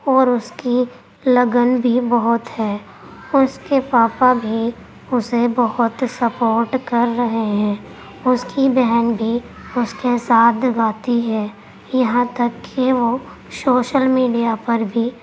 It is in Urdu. اور اس کی لگن بھی بہت ہے اس کے پاپا بھی اسے بہت سپورٹ کر رہے ہیں اس کی بہن بھی اس کے ساتھ گاتی ہے یہاں تک کہ وہ شوشل میڈیا پر بھی